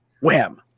wham